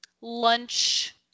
lunch